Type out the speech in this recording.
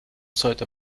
sollte